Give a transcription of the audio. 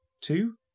Two